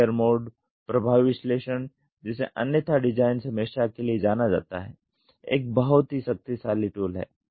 failure mode प्रभावी विश्लेषण जिसे अन्यथा डिज़ाइन समीक्षा के लिए जाना जाता है एक बहुत ही शक्तिशाली टूल है